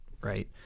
right